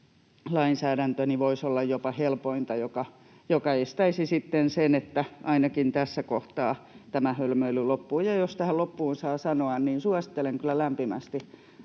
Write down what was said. lainsäädäntö, voisi olla jopa helpoin, ja se estäisi sitten niin, että ainakin tässä kohtaa tämä hölmöily loppuu. Ja jos tähän loppuun saa sanoa, niin suosittelen kyllä lämpimästi